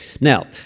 Now